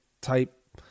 type